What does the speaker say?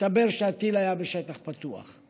הסתבר שהטיל היה בשטח פתוח,